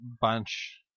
bunch